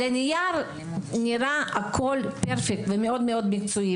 על הנייר הכול נראה פרפקט ומאוד מקצועי.